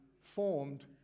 formed